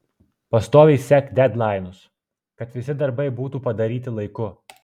pastoviai sek dedlainus kad visi darbai būtų padaryti laiku